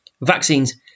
vaccines